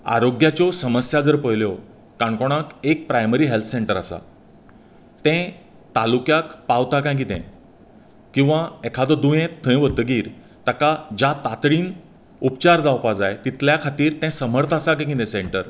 आरोग्याच्यो समस्या जर पळयल्यो काणकोणांत एक प्रायमरी हेल्थ सेंटर आसात तें तालुक्याक पावतात काय कितें किंवा एकादो दुयेंत थंय वत्तगीर ताका ज्या तातडीन उपचार जावपाक जाय तितल्या खातीर तें समर्थ आसा काय कितें सेंटर